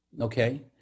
okay